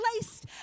placed